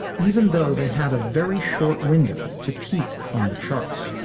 even though they had a very short window to peak on the charts